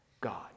God